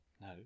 No